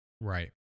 Right